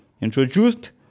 introduced